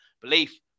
belief